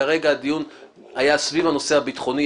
כרגע הדיון היה סביב הנושא הביטחוני.